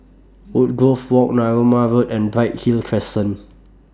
Woodgrove Walk Narooma Road and Bright Hill Crescent